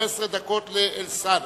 ו-15 דקות לאלסאנע.